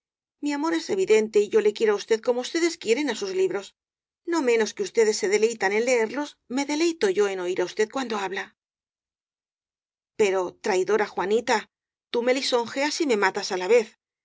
mi amor es evidente y yo le quiero á usted como ustedes quieren á esos li bros no menos que ustedes se deleitan en leerlos me deleito yo en oir á usted cuando habla pero traidora juanita tú me lisonjeas y me matas á